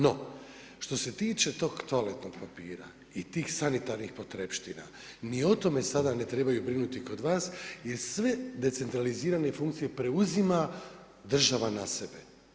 No, što se tiče tog toaletnog papira i tih sanitarnih potrepština, ni o tome sada ne trebaju brinuti kod vas, jer sve decentralizirane funkcije, preuzima država na sebe.